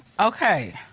okay.